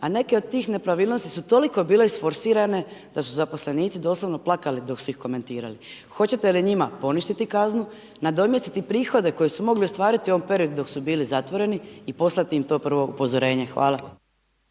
A neke od tih nepravilnosti su toliko bile isforsirane da su zaposlenici doslovno plakali dok su ih komentirali. Hoćete li njima poništiti kaznu, nadomjestiti prihode koje su mogli ostvariti u ovom periodu dok su bili zatvoreni i poslati im to prvo upozorenje? Hvala.